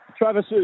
Travis